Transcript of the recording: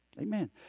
Amen